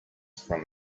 from